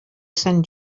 sant